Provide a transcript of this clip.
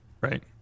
Right